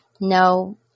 No